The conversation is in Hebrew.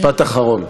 משפט אחרון.